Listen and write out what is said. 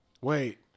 Wait